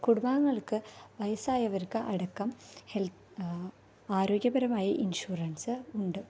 കുടുംബാങ്ങൾക്ക് വയസായവർക്ക് അടക്കം ഹെൽത് ആരോഗ്യപരമായി ഇൻഷുറൻസ്സ് ഉണ്ട്